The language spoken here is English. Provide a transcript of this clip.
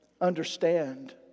understand